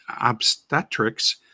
obstetrics